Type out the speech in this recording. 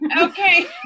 Okay